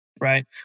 Right